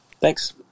Thanks